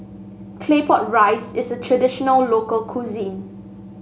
Claypot Rice is a traditional local cuisine